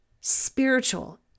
spiritual